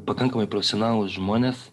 pakankamai profesionalūs žmonės